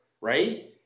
right